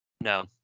No